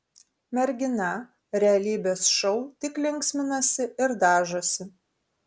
mergina realybės šou tik linksminasi ir dažosi